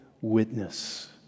witness